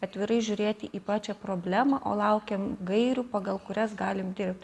atvirai žiūrėti į pačią problemą o laukiam gairių pagal kurias galim dirbt